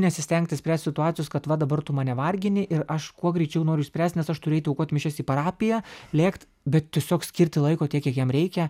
nesistengti spręst situacijos kad va dabar tu mane vargini ir aš kuo greičiau noriu išspręst nes aš turiu eit aukot mišias į parapiją lėkt bet tiesiog skirti laiko tiek kiek jam reikia